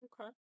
Okay